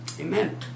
Amen